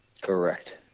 Correct